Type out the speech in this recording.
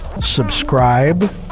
subscribe